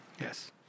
Yes